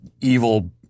evil